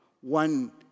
one